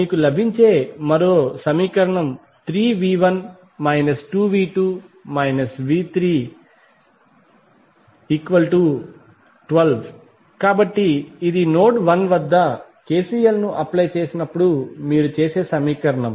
మీకు లభించే మరో సమీకరణం 3V1 2V2 V312 కాబట్టి ఇది నోడ్ 1 వద్ద KCL ను అప్లై చేసినప్పుడు మీరు చేసే సమీకరణం